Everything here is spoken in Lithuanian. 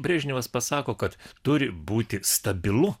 brežnevas pasako kad turi būti stabilu